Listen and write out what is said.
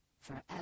forever